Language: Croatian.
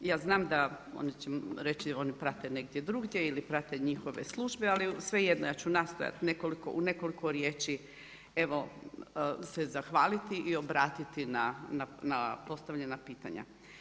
Ja znam, da oni će reći oni prate negdje drugdje ili prate njihove službe, ali svejedno, ja ću nastojati u nekoliko riječi se zahvaliti i obratiti na postavljena pitanja.